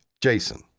Jason